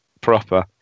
proper